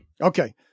Okay